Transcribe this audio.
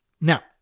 Now